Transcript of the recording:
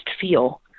feel